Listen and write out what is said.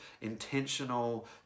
intentional